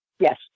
Yes